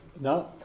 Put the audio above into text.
No